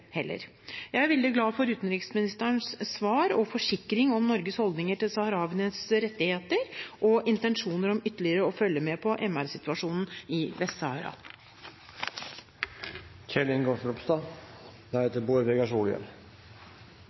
heller. Jeg er veldig glad for utenriksministerens svar og forsikring om Norges holdninger til saharawienes rettigheter og intensjoner om ytterligere å følge med på MR-situasjonen i